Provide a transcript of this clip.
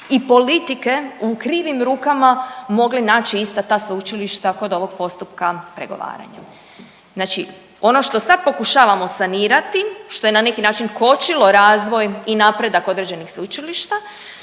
i politike u krivim rukama mogle naći ista ta sveučilišta kod ovog postupka pregovaranja. Znači ono što sad pokušavamo sanirati, što je na neki način kočilo razvoj i napredak određenih sveučilišta,